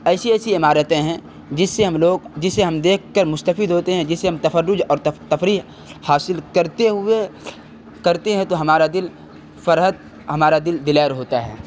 ایسی ایسی عمارتیں ہیں جس سے ہم لوگ جسے ہم دیکھ کر مستفد ہوتے ہیں جسے ہم تفرج اور تفریح حاصل کرتے ہوئے کرتے ہیں تو ہمارا دل فرحت ہمارا دل دلیر ہوتا ہے